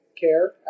care